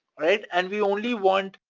alright? and we only want,